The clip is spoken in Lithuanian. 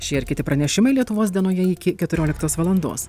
šie ir kiti pranešimai lietuvos dienoje iki keturioliktos valandos